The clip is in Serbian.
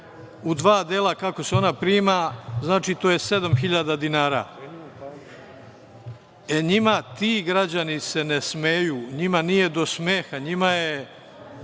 u dva dela, kako se ona prima, to je 7.000 dinara. Ti građani se ne smeju. Njima nije do smeha. Njima je